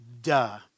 duh